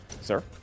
Sir